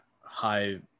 high